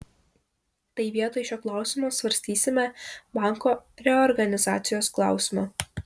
tai vietoj šio klausimo svarstysime banko reorganizacijos klausimą